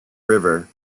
river